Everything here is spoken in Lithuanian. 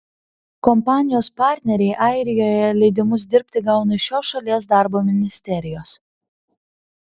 kompanijos partneriai airijoje leidimus dirbti gauna iš šios šalies darbo ministerijos